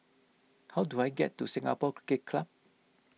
how do I get to Singapore Cricket Club